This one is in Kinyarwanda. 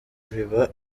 biba